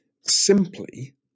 simply